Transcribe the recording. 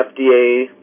FDA